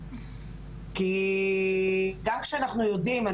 כי גם כשאנחנו יודעים,